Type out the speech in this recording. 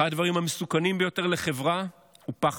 אחד הדברים המסוכנים ביותר לחברה הוא פחד,